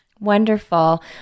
Wonderful